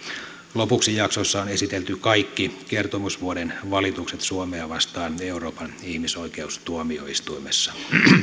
lopuksi jaksossa on esitelty kaikki kertomusvuoden valitukset suomea vastaan euroopan ihmisoikeustuomioistuimessa